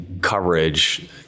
coverage